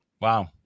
Wow